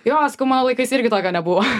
jo sakau mano laikais irgi tokio nebuvo